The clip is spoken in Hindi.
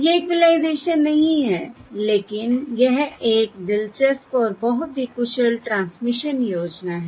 यह इक्विलाइज़ेशन नहीं है लेकिन यह एक दिलचस्प और बहुत ही कुशल ट्रांसमिशन योजना है